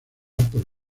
por